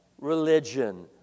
religion